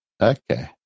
Okay